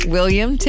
William